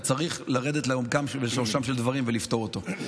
וצריך לרדת לעומקם ושורשם של דברים ולפתור אותו.